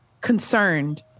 concerned